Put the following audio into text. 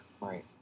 Right